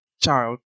child